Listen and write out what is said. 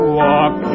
walk